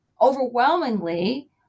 overwhelmingly